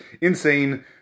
insane